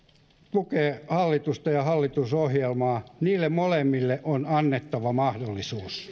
tukee hallitusta ja hallitusohjelmaa niille molemmille on annettava mahdollisuus